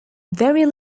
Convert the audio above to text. very